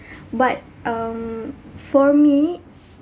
but um for me